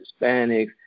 Hispanics